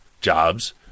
jobs